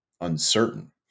uncertain